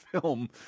film